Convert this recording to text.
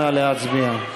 נא להצביע.